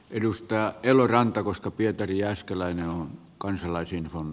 edustaja eloranta koska pietari jääskeläinen on ikävä kyllä